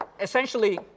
essentially